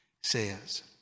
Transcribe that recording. says